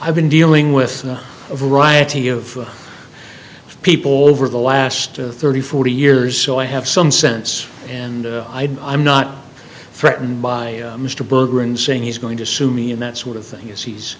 i've been dealing with a variety of people over the last thirty forty years so i have some sense and i'd i'm not threatened by mr berger in saying he's going to sue me and that sort of thing as he's